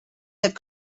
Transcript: have